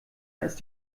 ist